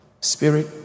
spirit